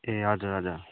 ए हजुर हजुर